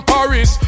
Paris